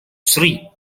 sri